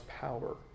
power